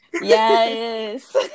yes